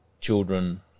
children